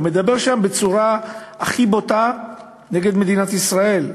הוא מדבר שם בצורה הכי בוטה נגד מדינת ישראל.